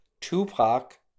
Tupac